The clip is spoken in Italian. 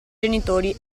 genitori